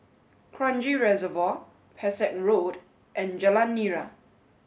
Kranji Reservoir Pesek Road and Jalan Nira